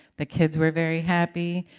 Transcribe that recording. the kids were very happy,